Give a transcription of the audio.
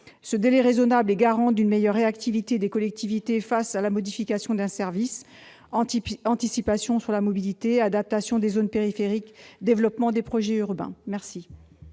Ce délai raisonnable est garant d'une meilleure réactivité des collectivités face à la modification d'un service : anticipation sur la mobilité, adaptation des zones périphériques, développement des projets urbains.